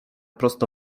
prosto